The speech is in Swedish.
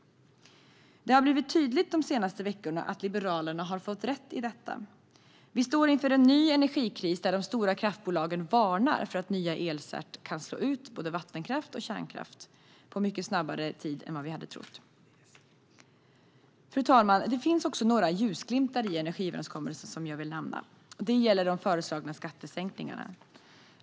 Det har blivit tydligt de senaste veckorna att Liberalerna har fått rätt. Sverige står inför en ny energikris där de stora kraftbolagen varnar för att nya elcertifikat kan slå ut både vattenkraft och kärnkraft snabbare än vi hade trott. Fru talman! Det finns också några ljusglimtar i energiöverenskommelsen som jag vill nämna; de föreslagna skattesänkningarna.